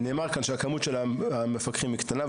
נאמר כאן שהכמות של המפקחים היא קטנה,